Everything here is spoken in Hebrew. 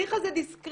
ההליך הזה דיסקרטי,